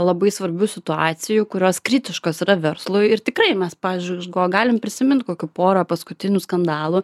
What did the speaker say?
labai svarbių situacijų kurios kritiškos yra verslui ir tikrai mes pavyzdžiui galime prisimint kokių porą paskutinių skandalų